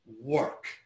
work